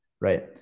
right